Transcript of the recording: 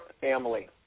family